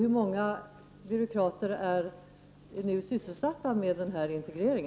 Hur många byråkrater är nu sysselsatta med denna integrering?